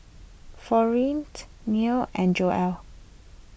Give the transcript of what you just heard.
Florine's Neil and Joel